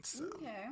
Okay